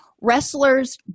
Wrestlers